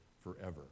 forever